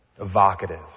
evocative